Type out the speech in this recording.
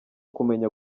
kumenya